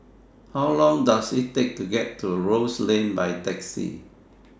How Long Does IT Take to get to Rose Lane By Taxi